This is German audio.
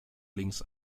links